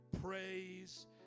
praise